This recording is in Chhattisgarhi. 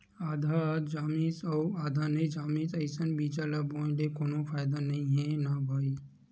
आधा जामिस अउ आधा नइ जामिस अइसन बीजा ल बोए ले कोनो फायदा नइ हे न भईर